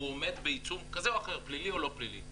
הוא עומד בעיצום כזה או אחר פלילי או לא פלילי,